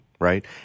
right